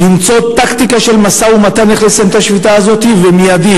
למצוא טקטיקה של משא-ומתן איך לסיים את השביתה הזאת ומייד,